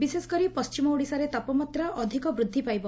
ବିଶେଷକରି ପଣିମ ଓଡ଼ିଶାରେ ତାପମାତ୍ରା ଅଧିକ ବୃଦ୍ଧି ପାଇବ